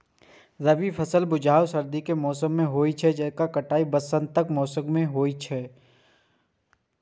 रबी फसलक बुआइ सर्दी के मौसम मे होइ छै आ कटाइ वसंतक मौसम मे होइ छै